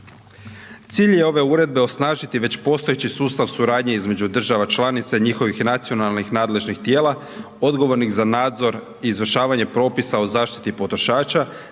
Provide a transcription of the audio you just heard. Cilj je ove uredbe osnažiti već postojeći sustav suradnje između država članica i njihovih nacionalnih nadležnih tijela odgovornih za nadzor i izvršavanje propisa o zaštiti potrošača,